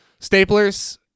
Staplers